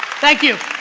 thank you.